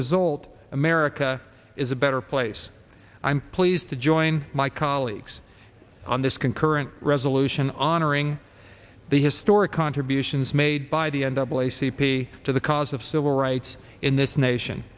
result america is a better place i'm pleased to join my colleagues on this concurrent resolution honoring the historic contributions made by the end up lacy p to the cause of civil rights in this nation